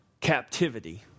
captivity